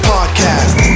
Podcast